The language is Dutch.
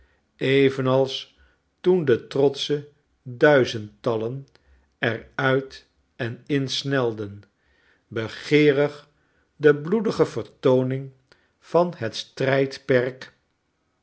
evenals toen de trotsche duizendtallen er uit en in snelden begeerig de bloedige vertooning van het strijdperk